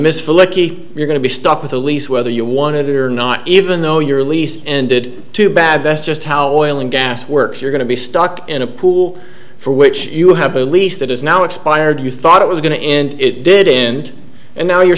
miss flicky you're going to be stuck with a lease whether you wanted it or not even though your lease ended too bad that's just how oil and gas works you're going to be stuck in a pool for which you have a lease that is now expired you thought it going to end it did end and now you're